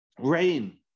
rain